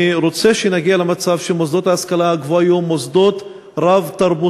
אני רוצה שנגיע למצב שמוסדות להשכלה הגבוהה יהיו מוסדות רב-תרבותיים